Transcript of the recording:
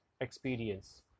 experience